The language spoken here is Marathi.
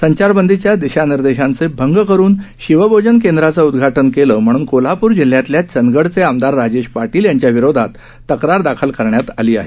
संचारबंदीच्या दिशानिर्देशांचे भंग करून शिवभोजन केंद्राचं उदघाटन केलं म्हणून कोल्हापूर जिल्ह्यातल्या चंदगडचे आमदार राजेश पाटील यांच्याविरोधात तक्रार दाखल करण्यात आली आहे